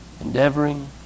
endeavoring